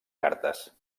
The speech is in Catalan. cartes